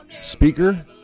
speaker